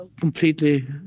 completely